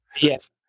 yes